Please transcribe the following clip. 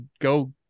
go